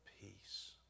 peace